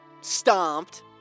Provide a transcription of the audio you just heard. stomped